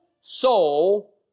soul